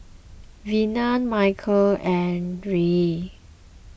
Vina Michel and Ryne